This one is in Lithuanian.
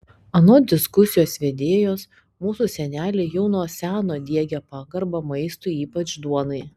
anot diskusijos vedėjos mūsų seneliai jau nuo seno diegė pagarbą maistui ypač duonai